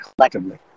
collectively